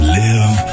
live